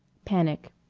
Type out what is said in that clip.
panic